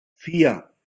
vier